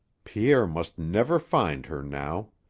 pierre must never find her now.